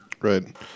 Right